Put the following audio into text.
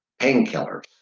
painkillers